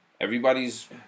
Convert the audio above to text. Everybody's